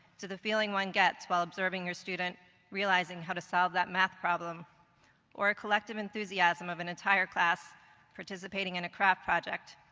to the feeling one gets while observing your student realizing how to solve that math problem or a collective enthusiasm of an entire class participating in a craft project,